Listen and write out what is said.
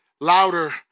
louder